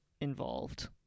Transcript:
involved